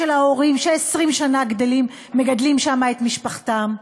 של ההורים ש-20 שנה מגדלים שם את משפחתם.